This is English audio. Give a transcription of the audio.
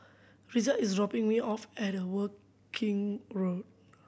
Risa is dropping me off at Woking Road